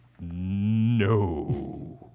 No